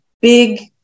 big